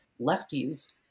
lefties